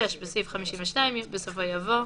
(6)בסעיף 52, בסופו יבוא: